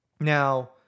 Now